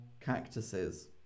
cactuses